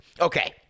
Okay